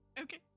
okay